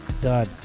Done